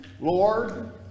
lord